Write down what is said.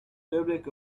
public